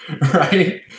right